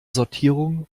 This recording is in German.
sortierung